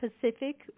Pacific